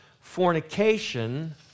fornication